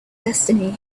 destiny